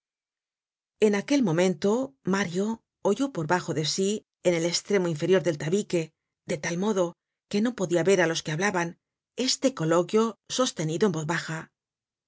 en aquel momento mario oyó por bajo de sí en el estremo inferior del tabique de tal modo que no podia ver á los que hablaban este coloquio sostenido en voz baja